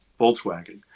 Volkswagen